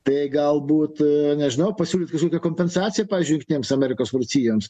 tai galbūt nežinau pasiūlyt kompensaciją pavyzdžiui jungtinėms amerikos valstijoms